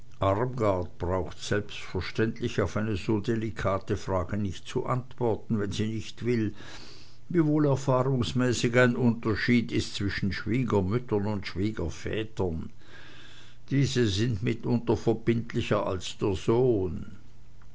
braucht selbstverständlich auf eine so delikate frage nicht zu antworten wenn sie nicht will wiewohl erfahrungsmäßig ein unterschied ist zwischen schwiegermüttern und schwiegervätern diese sind mitunter verbindlicher als der sohn